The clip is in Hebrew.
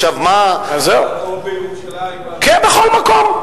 או בירושלים, כן, בכל מקום.